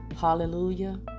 Hallelujah